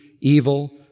evil